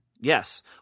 Yes